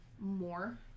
more